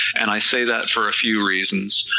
and i say that for a few reasons,